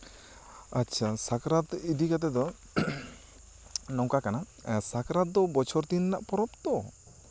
ᱟᱪᱪᱷᱟ ᱥᱟᱠᱨᱟᱛ ᱤᱫᱤ ᱠᱟᱛᱮᱜ ᱫᱚ ᱱᱚᱝᱠᱟ ᱠᱟᱱᱟ ᱥᱟᱠᱨᱟᱛ ᱫᱚ ᱵᱚᱪᱷᱚᱨ ᱫᱤᱱ ᱨᱮᱱᱟᱜ ᱯᱚᱨᱚᱵᱽ ᱛᱚ